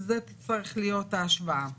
זו תצטרך להיות ההשוואה.